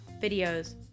videos